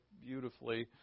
beautifully